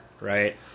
right